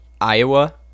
iowa